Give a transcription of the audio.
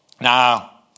now